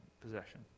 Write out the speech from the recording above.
possession